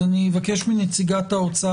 אבקש מנציגת משרד האוצר,